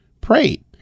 prayed